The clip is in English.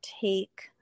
take